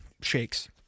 shakes